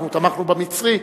אנחנו תמכנו במצרי,